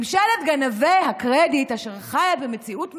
ממשלת גנבי הקרדיט, אשר חיה במציאות מדומה,